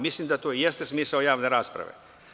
Mislim da to jeste smisao javne rasprave.